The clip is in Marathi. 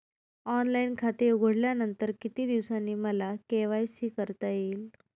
ऑनलाईन खाते उघडल्यानंतर किती दिवसांनी मला के.वाय.सी करता येईल?